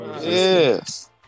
Yes